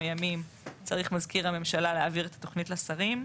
ימים צריך מזכיר הממשלה להעביר את התוכנית לשרים.